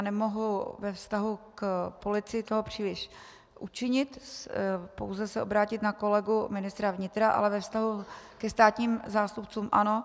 Nemohu toho ve vztahu k policii příliš učinit, pouze se obrátit na kolegu ministra vnitra, ale ve vztahu ke státním zástupcům ano.